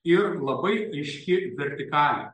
ir labai ryški vertikalė